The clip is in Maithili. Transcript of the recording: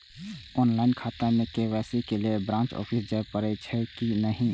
ऑनलाईन खाता में के.वाई.सी के लेल ब्रांच ऑफिस जाय परेछै कि नहिं?